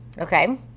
okay